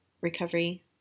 recovery